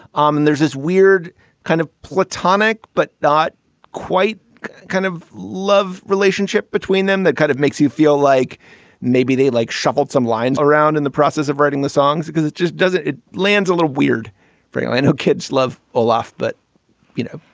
um and there's this weird kind of platonic, but not quite kind of love relationship between them that kind of makes you feel like maybe they like shuffled some lines around in the process of writing the songs because it just doesn't it lands a little weird for you i know kids love olaf, but you know,